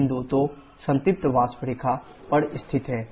बिंदु 2 संतृप्त वाष्प रेखा पर स्थित है